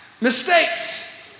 mistakes